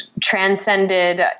transcended